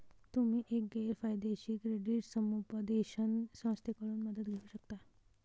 तुम्ही एक गैर फायदेशीर क्रेडिट समुपदेशन संस्थेकडून मदत घेऊ शकता